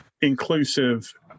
inclusive